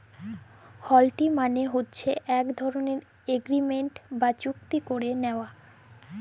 হুল্ডি মালে হছে ইক ধরলের এগ্রিমেল্ট বা চুক্তি ক্যারে লিয়া